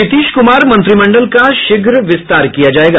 नीतीश कुमार मंत्रिमंडल का शीघ्र विस्तार किया जायेगा